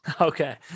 Okay